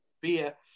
beer